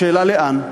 השאלה לאן,